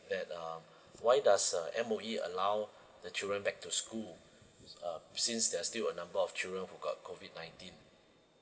that uh why does uh M_O_E allow the children back to school uh since there's still a number of children who got COVID nineteen